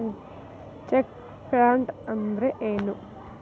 Check fraud ಅಂದ್ರ ಏನು?